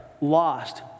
lost